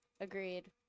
Agreed